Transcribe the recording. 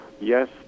yes